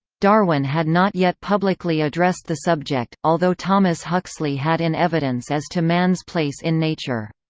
darwin had not yet publicly addressed the subject, although thomas huxley had in evidence as to man's place in nature.